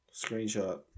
Screenshot